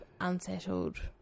unsettled